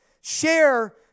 Share